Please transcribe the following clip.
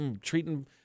treating